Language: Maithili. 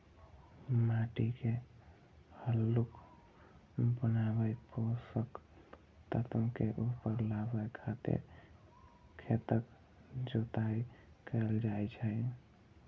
माटि के हल्लुक बनाबै, पोषक तत्व के ऊपर लाबै खातिर खेतक जोताइ कैल जाइ छै